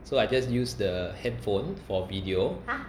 so I just use the handphone for video